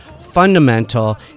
fundamental